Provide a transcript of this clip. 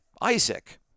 Isaac